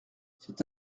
c’est